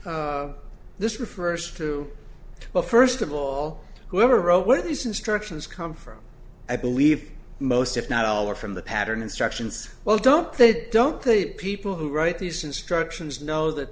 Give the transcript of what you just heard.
i this is this refers to well first of all whoever wrote what these instructions come from i believe most if not all are from the pattern instructions well don't they don't the people who write these instructions know that